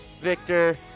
Victor